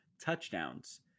touchdowns